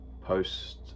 post